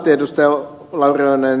lauri oinonen